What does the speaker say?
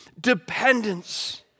dependence